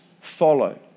follow